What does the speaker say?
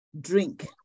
drink